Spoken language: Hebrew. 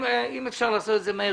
אם אפשר לעשות את זה מהר.